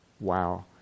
wow